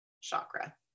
chakra